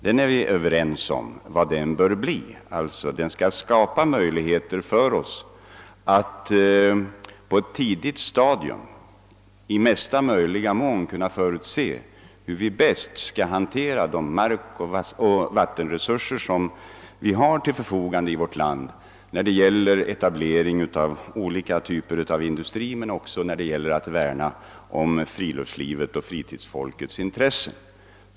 Men vi är överens om vilken effekten bör bli; den skall kunna skapa möjligheter för oss att på ett tidigt stadium i mesta möjliga mån kunna förutse hur vi bäst skall kunna hantera de markoch vattenresurser som vi har till förfogande i vårt land när det gäller etablering av olika typer av industri men också när det gäller att värna om friluftslivets och fritidsfolkets intressen.